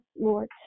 Lord